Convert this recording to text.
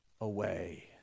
away